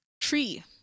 Tree